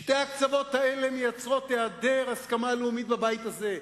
שני הקצוות האלה מייצרים העדר הסכמה לאומית בבית הזה.